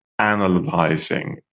analyzing